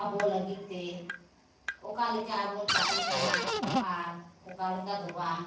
ᱟᱵᱚ ᱞᱟᱹᱜᱤᱫ ᱛᱮ ᱚᱠᱟ ᱞᱮᱠᱟ ᱟᱵᱚ ᱵᱚᱱ ᱛᱟᱦᱮᱱ ᱠᱟᱱᱟ ᱟᱨ ᱚᱠᱟ ᱞᱮᱠᱟ ᱫᱚ ᱵᱟᱝ